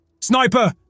Sniper